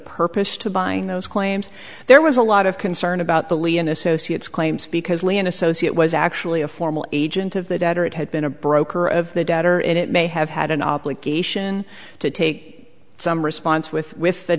purpose to buying those claims there was a lot of concern about the lee and associates claims because when associate was actually a formal agent of the debtor it had been a broker of the debtor and it may have had an obligation to take some response with with the